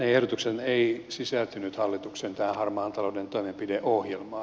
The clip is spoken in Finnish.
ne ehdotukset eivät sisältyneet hallituksen harmaan talouden toimenpideohjelmaan